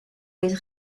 les